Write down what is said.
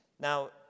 Now